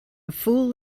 fool